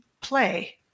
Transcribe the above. play